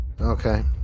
Okay